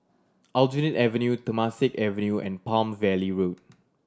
Aljunied Avenue Temasek Avenue and Palm Valley Road